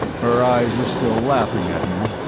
her eyes were still laughing at me,